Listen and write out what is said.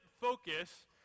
focus